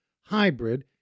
hybrid